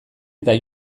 eta